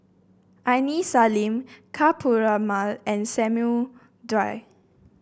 Aini Salim Ka Perumal and Samuel Dyer